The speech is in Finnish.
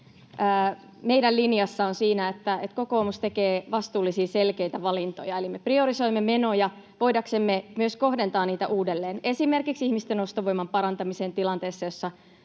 meidän linjassa on siinä, että kokoomus tekee vastuullisia ja selkeitä valintoja, eli me priorisoimme menoja voidaksemme myös kohdentaa niitä uudelleen, esimerkiksi ihmisten ostovoiman parantamiseen tilanteessa, jossa